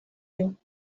you